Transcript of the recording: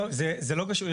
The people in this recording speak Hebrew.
לא, זה לא קשור.